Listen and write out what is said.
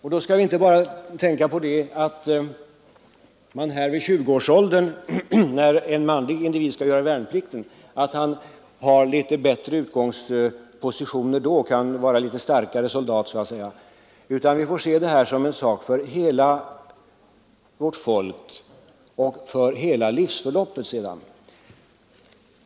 Vi skall därvid inte bara tänka på att en manlig individ i 20-årsåldern, när han skall göra värnplikten, har litet bättre utgångsläge, blir så att säga en litet starkare soldat, utan vi bör se detta som en sak för hela vårt folk, en sak som har betydelse för den enskilda individens hela fortsatta livsförlopp.